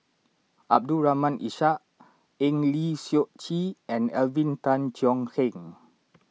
Abdul Rahim Ishak Eng Lee Seok Chee and Alvin Tan Cheong Kheng